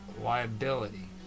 liability